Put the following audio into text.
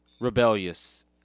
rebellious